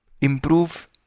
improve